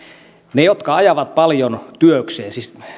ne jotka ajavat paljon työkseen siis